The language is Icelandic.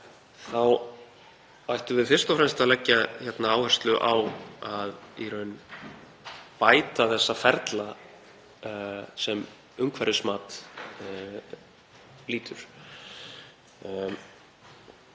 þá ættum við fyrst og fremst að leggja áherslu á að bæta þá ferla sem umhverfismat lýtur